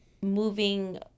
moving